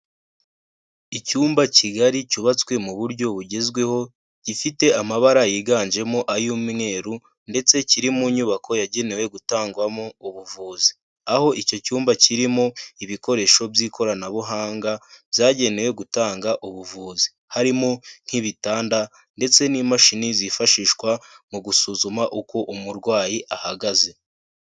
Icyumba kigari cyubatswe mu buryo bugezweho gifite amabara yiganjemo ay'umweru ndetse kiri mu nyubako yagenewe gutangwamo ubuvuzi. Aho icyo cyumba kirimo ibikoresho by'ikoranabuhanga byagenewe gutanga ubuvuzi. Harimo nk'ibitanda ndetse n'imashini zifashishwa mu gusuzuma uko umurwayi ahagaze.